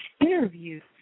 interviews